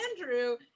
Andrew